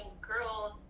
girls